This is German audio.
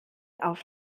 auf